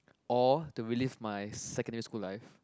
or to relive my secondary school life